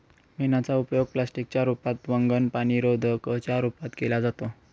मेणाचा उपयोग प्लास्टिक च्या रूपात, वंगण, पाणीरोधका च्या रूपात केला जातो